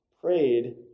prayed